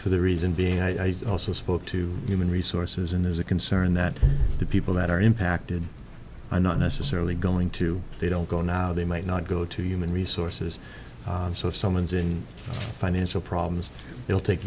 for the reason being i also spoke to human resources and there's a concern that the people that are impacted are not necessarily going to they don't go now they might not go to human resources so if someone's in financial problems they'll take